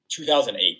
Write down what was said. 2008